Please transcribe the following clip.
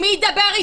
מי ידבר איתם?